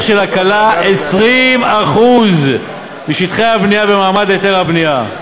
של הקלה 20% משטחי הבנייה במעמד היתר הבנייה.